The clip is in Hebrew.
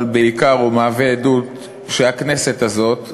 אבל בעיקר הוא מהווה עדות שהכנסת הזאת,